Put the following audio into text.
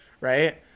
Right